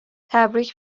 تبریگ